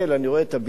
אני רואה את הבניינים,